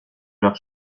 leurs